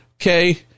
okay